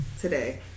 today